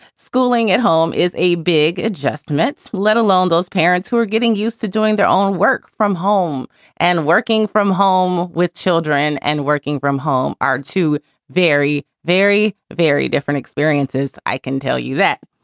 schooling at home is a big adjustment let alone those parents who are getting used to doing their own work from home and working from home with children and working from home are two very, very, very different experiences i can tell you that.